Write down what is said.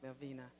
Melvina